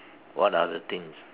what are the things